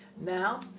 now